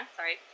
sorry